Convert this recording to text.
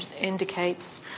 indicates